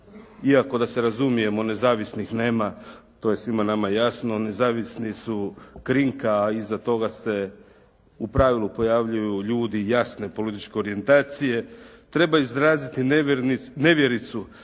iako da se razumijemo nezavisnih nema, to je svima nama jasno. Nezavisni su krinka, a iza toga se u pravilu pojavljuju ljudi jasne političke orijentacije. Treba izraziti nevjericu